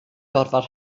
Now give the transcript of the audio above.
gorfod